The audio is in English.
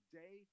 day